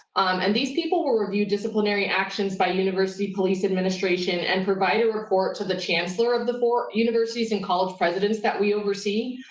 and these people will review disciplinary actions by university police administration and provide a report to the chancellor of the universities and college presidents that we oversee.